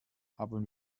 haben